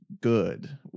good